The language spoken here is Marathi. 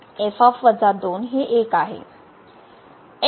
हे 1 आहे